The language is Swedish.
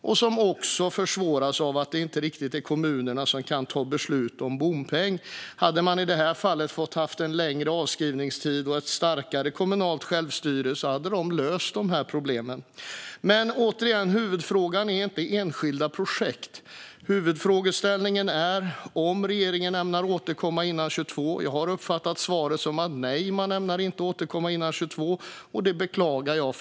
Det försvåras också av att det inte är kommunerna som kan fatta beslut om bompeng. Om de i det här fallet hade fått ha en längre avskrivningstid och ett starkare kommunalt självstyre hade de löst de här problemen. Återigen: Huvudfrågan är inte enskilda projekt. Huvudfrågeställningen är om regeringen ämnar återkomma före 2022. Jag har uppfattat svaret som att nej, man ämnar inte återkomma före 2022. Det beklagar jag.